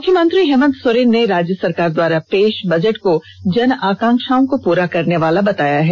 मुख्यमंत्री हेमंत सोरेन ने राज्य सरकार द्वारा पेष किये गये बजट को जन आकांक्षाओं को पूरा करने वाला बजट बताया है